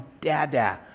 dada